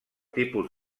tipus